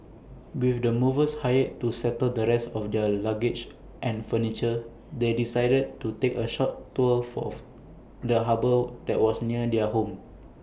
with the movers hired to settle the rest of their luggage and furniture they decided to take A short tour of the harbour that was near their new home